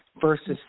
versus